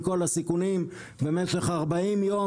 עם כל הסיכונים במשך 40 יום,